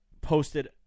posted